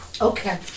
Okay